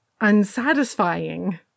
unsatisfying